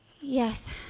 Yes